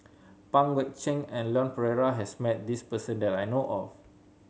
Pang Guek Cheng and Leon Perera has met this person that I know of